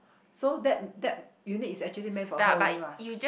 so that that unit is actually meant for her only mah